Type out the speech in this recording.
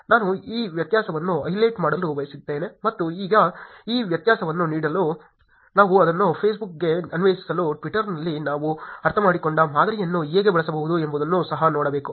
ನಾನು ಈ ವ್ಯತ್ಯಾಸವನ್ನು ಹೈಲೈಟ್ ಮಾಡಲು ಬಯಸಿದ್ದೇನೆ ಮತ್ತು ಈಗ ಈ ವ್ಯತ್ಯಾಸವನ್ನು ನೀಡಿದರೆ ನಾವು ಅದನ್ನು ಫೇಸ್ಬುಕ್ಗೆ ಅನ್ವಯಿಸಲು ಟ್ವಿಟರ್ನಲ್ಲಿ ನಾವು ಅರ್ಥಮಾಡಿಕೊಂಡ ಮಾದರಿಯನ್ನು ಹೇಗೆ ಬಳಸಬಹುದು ಎಂಬುದನ್ನು ಸಹ ನೋಡಬೇಕು